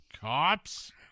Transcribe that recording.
Cops